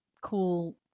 cool